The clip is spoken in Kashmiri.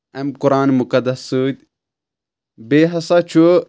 اَمہِ قۄران مُقدس سۭتۍ بیٚیہِ ہسا چھُ